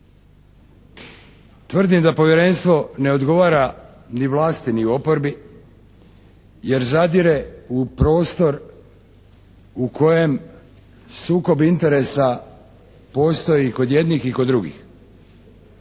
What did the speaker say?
Tvrdim da Povjerenstvo ne odgovara ni vlasti ni oporbi jer zadire u prostor u kojem sukob interesa postoji i kod jednih i kod drugih.